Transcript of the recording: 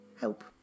help